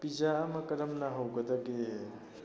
pizza ꯑꯃ ꯀꯔꯝꯅ ꯍꯧꯒꯗꯒꯦ